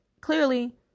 clearly